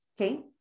okay